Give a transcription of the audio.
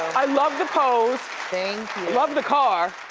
i love the pose. thank you. love the car.